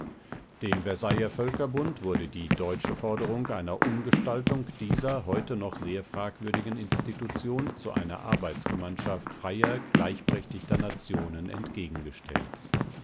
dem versailler völkerbund wurde die deutsche forderung einer umgestaltung dieser heute noch sehr fragwürdigen institution zu einer arbeitsgemeinschaft freier gleichberechtigter nationen entgegengestellt